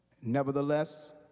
nevertheless